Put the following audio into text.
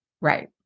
Right